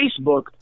Facebook